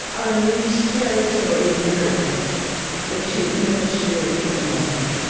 unleashed territory in her that she had never shared with her mother.